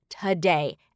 today